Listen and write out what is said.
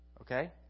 Okay